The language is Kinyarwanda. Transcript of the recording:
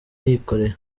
nikoreye